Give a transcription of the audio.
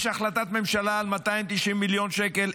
יש החלטת ממשלה על 290 מיליון שקל.